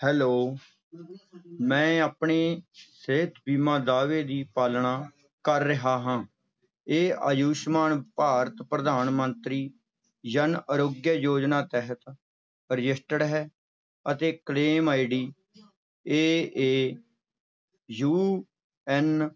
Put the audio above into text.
hello ਮੈਂ ਆਪਣੇ ਸਿਹਤ ਬੀਮਾ ਦਾਅਵੇ ਦੀ ਪਾਲਣਾ ਕਰ ਰਿਹਾ ਹਾਂ ਇਹ ਆਯੁਸ਼ਮਾਨ ਭਾਰਤ ਪ੍ਰਧਾਨ ਮੰਤਰੀ ਜਨ ਆਰੋਗਯ ਯੋਜਨਾ ਤਹਿਤ ਰਜਿਸਟਰਡ ਹੈ ਅਤੇ claim ID A A U N